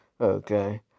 Okay